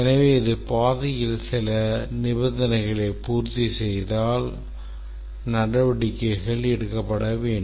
எனவே இது பாதையில் சில நிபந்தனைகளை பூர்த்தி செய்தால் நடவடிக்கைகள் எடுக்கப்பட வேண்டும்